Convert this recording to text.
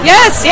Yes